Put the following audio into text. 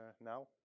now